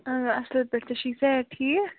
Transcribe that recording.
اَصٕل پٲٹھۍ ژےٚ چھُے صحت ٹھیٖک